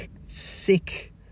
sick